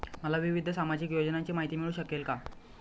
मला विविध सामाजिक योजनांची माहिती मिळू शकेल का?